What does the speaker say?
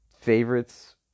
favorites